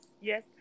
Yes